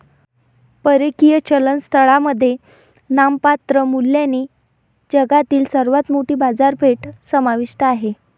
परकीय चलन स्थळांमध्ये नाममात्र मूल्याने जगातील सर्वात मोठी बाजारपेठ समाविष्ट आहे